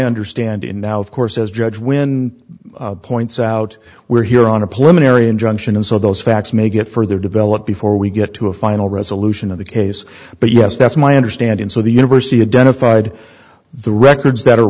understanding now of course as judge when points out we're here on a plane area injunction and so those facts may get further developed before we get to a final resolution of the case but yes that's my understanding so the university had done a fied the records